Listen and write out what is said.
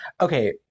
okay